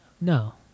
No